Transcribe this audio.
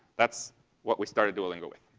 that's what we started duolingo with.